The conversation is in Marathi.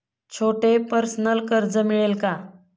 छोटे पर्सनल कर्ज मिळेल का?